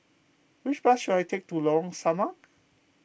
which bus should I take to Lorong Samak